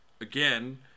again